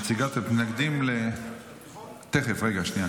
נציגת המתנגדים, תכף, רגע.